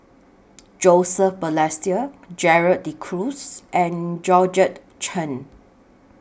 Joseph Balestier Gerald De Cruz and Georgette Chen